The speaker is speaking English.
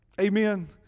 Amen